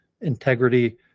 integrity